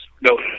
No